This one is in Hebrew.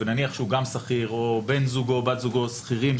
ונניח שהוא גם שכיר או בן זוגו או בת זוגו שכירים,